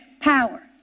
power